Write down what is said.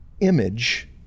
image